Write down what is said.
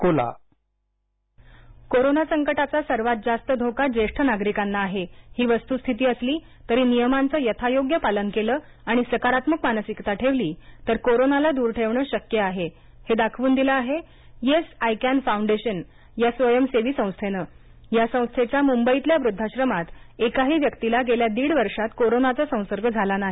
कोरोनामक्त वद्वाश्रम कोरोना संकटाचा सर्वात जास्त धोका ज्येष्ठ नागरिकांना आहे ही वस्तुस्थिती असली तरी नियमांचं यथायोग्य पालन केलं आणि सकारात्मक मानसिकता ठेवली तर कोरोनाला दूर ठेवण शक्य आहे हे दाखवून दिलं आहे येस आय कॅन फोंडेशन या स्वयंसेवी संस्थेनं या संस्थेच्या मृंबईतल्या वृद्धाश्रमात एकाही व्यक्तीला गेल्या दीड वर्षात कोरोनाचा संसर्ग झालेला नाही